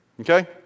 Okay